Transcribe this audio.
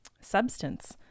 substance